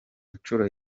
nshuro